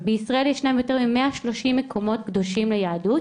בישראל ישנם יותר ממאה שלושים מקומות קדושים ליהדות,